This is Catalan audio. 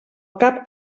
cap